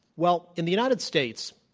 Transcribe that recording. well, in the united states,